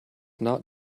not